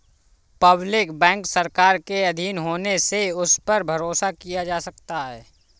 public bank सरकार के आधीन होने से उस पर भरोसा किया जा सकता है